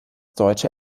deutsche